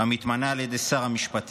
המתמנה על ידי שר המשפטים,